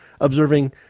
observing